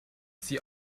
she